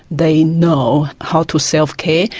they know how to self-care,